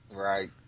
right